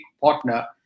partner